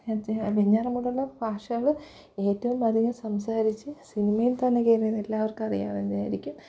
അത് വെഞ്ഞാറമ്മൂട് ഉള്ള ഭാഷകൾ ഏറ്റവും അധികം സംസാരിച്ച് സിനിമയിൽ തന്നെ കയറിയത് എല്ലാവർക്കും അറിയാവുന്നതായിരിക്കും